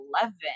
eleven